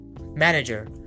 Manager